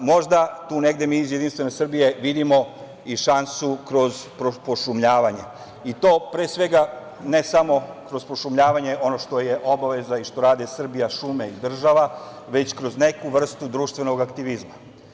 Možda tu negde mi iz Jedinstvene Srbije vidimo i šansu kroz pošumljavanje, i to ne samo kroz pošumljavanje ono što je obaveza i što radi „Srbijašume“ i država, već kroz neku vrstu društvenog aktivizma.